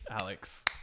alex